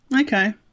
Okay